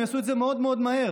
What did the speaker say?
הם יעשו את זה מאוד מאוד מהר.